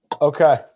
Okay